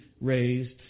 raised